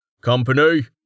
Company